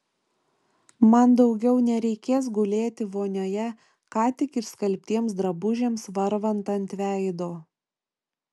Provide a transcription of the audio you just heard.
man daugiau nereikės gulėti vonioje ką tik išskalbtiems drabužiams varvant ant veido